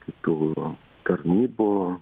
kitų tarnybų